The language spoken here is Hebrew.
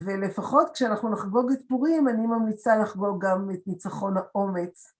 ולפחות כשאנחנו נחגוג את פורים, אני ממליצה לחגוג גם את ניצחון האומץ.